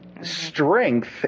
strength